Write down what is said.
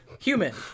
human